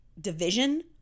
division